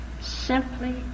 simply